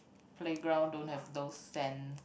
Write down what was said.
playground don't have those sand